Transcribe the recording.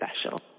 special